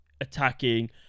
attacking